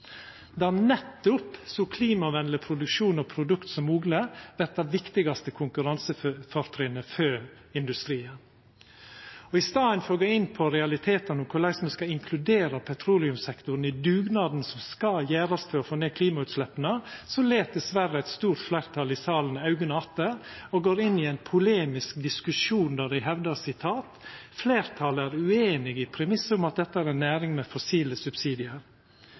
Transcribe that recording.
der nettopp å få så klimavennleg produksjon og produkt som mogleg vert den viktigaste konkurransefortrinnet for industrien. I staden for å gå inn på realitetane om korleis ein skal inkludera petroleumssektoren i dugnaden som skal gjerast for å få ned klimautsleppa, lèt diverre eit stort fleirtal i salen att augo og går inn ein polemisk diskusjon der dei hevdar: «Flertallet er uenige i premisset om at dette er en næring med